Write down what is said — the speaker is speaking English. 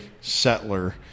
settler